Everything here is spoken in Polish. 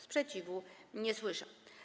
Sprzeciwu nie słyszę.